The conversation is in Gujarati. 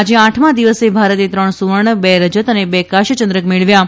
આજે આઠમા દિવસે ભારતે ત્રણ સુવર્ણ બે રજત અને બે કાંસ્ય ચંદ્રક મેળવ્યા છે